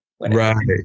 right